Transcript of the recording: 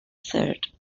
third